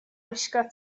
gwisgo